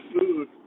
food